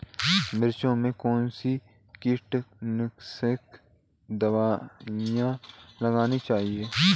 मिर्च में कौन सी कीटनाशक दबाई लगानी चाहिए?